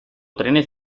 trenes